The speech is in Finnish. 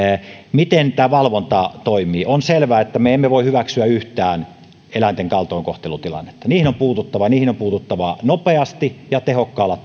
miten tämä valvonta toimii on selvää että me emme voi hyväksyä yhtään eläinten kaltoinkohtelutilannetta niihin on puututtava niihin on puututtava nopeasti ja tehokkaalla